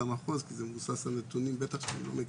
המחוז כי זה מבוסס על נתונים בטח שאני לא מכיר.